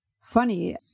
Funny